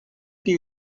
die